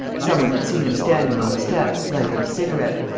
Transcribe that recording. some one had seen him standing on the steps, lighting a cigarette.